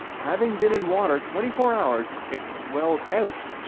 having been in water twenty four hours, it swelled out,